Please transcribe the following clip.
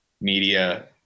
media